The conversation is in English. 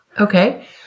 Okay